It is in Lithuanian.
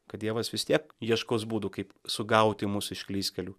kad dievas vis tiek ieškos būdų kaip sugauti mus iš klystkelių